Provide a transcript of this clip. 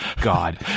God